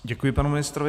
Děkuji, panu ministrovi.